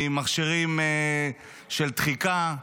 ממכשירים של דחיקה.